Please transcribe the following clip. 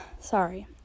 Sorry